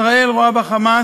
ישראל רואה ב"חמאס"